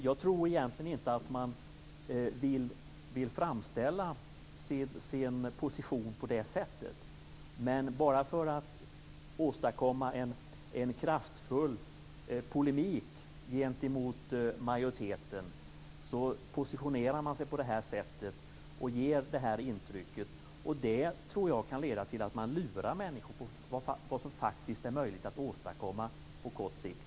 Jag tror egentligen inte att man vill framställa sin position på det sättet, men bara för att åstadkomma en kraftfull polemik gentemot majoriteten positionerar man sig på det här sättet och ger det här intrycket. Jag tror att det kan leda till att man lurar människor i fråga om vad som faktiskt är möjligt att åstadkomma på kort sikt.